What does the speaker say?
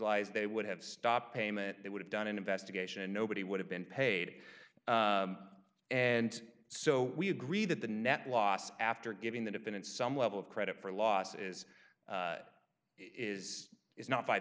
lies they would have stopped payment they would have done an investigation and nobody would have been paid and so we agree that the net loss after giving the defendant some level of credit for loss is is is not five